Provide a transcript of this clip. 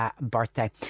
birthday